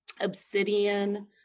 Obsidian